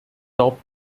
top